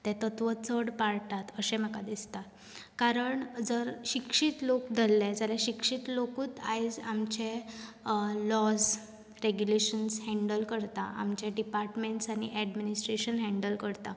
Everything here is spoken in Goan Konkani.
तत्वां चड पाळटात अशें म्हाका दिसता कारण जर शिक्षीत लोक धरले जाल्यार शिक्षीत लोकूच आयज आमचे लॉज रॅग्यूलेशन्स हँडल करता आमचे डिपार्टमॅण्ट्स आनी एडमिनिस्ट्रेशन हँडल करता